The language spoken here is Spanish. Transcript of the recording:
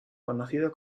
conocido